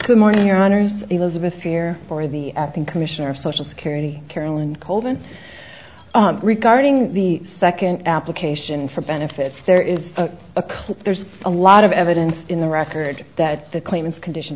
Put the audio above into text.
good morning your honor elizabeth fear for the acting commissioner of social security carolyn colvin regarding the second application for benefits there is a clear there's a lot of evidence in the record that the claimants condition